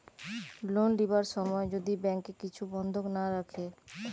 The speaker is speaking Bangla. লোন লিবার সময় যদি ব্যাংকে কিছু বন্ধক না রাখে